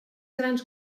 grans